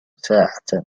ساعة